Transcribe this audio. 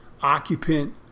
occupant